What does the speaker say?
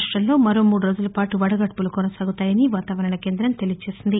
రాష్టంలో మరో మూడు రోజుల పాటు వడగాల్పులు కొనసాగుతాయని వాతావరణ కేందం తెలిపింది